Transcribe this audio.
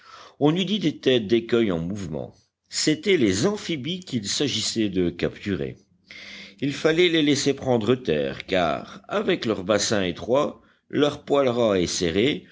on eût dit des têtes d'écueils en mouvement c'étaient les amphibies qu'il s'agissait de capturer il fallait les laisser prendre terre car avec leur bassin étroit leur poil ras et serré